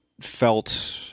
felt